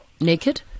Naked